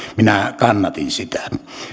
minä kannatin sitä